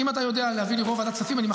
המיסוי של מה שנקרא --- אני בעד.